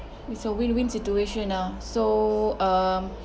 it's a win-win situation ah so um